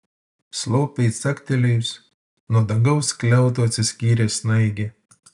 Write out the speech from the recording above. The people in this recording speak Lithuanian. slopiai caktelėjus nuo dangaus skliauto atsiskyrė snaigė